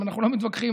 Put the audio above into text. אנחנו לא מתווכחים,